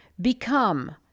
become